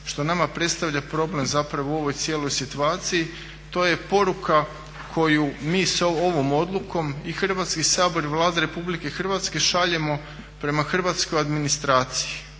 što nama predstavlja problem zapravo u ovoj cijeloj situaciji to je poruka koju mi sa ovom odlukom i Hrvatski sabor i Vlada Republike Hrvatske šaljemo prema hrvatskoj administraciji.